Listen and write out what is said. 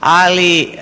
Ali